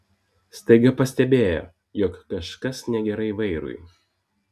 staiga pastebėjo jog kažkas negerai vairui